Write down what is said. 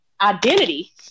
identity